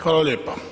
Hvala lijepo.